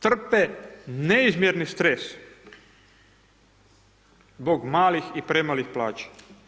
Trpe neizmjerni stres, zbog malih i premalih plaća.